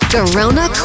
Corona